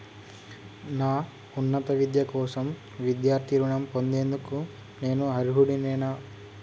నా ఉన్నత విద్య కోసం విద్యార్థి రుణం పొందేందుకు నేను అర్హుడినేనా?